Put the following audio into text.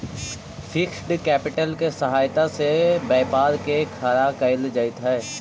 fixed capital के सहायता से व्यापार के खड़ा कईल जइत हई